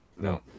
No